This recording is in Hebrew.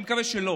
אני מקווה שלא,